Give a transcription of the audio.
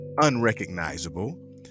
unrecognizable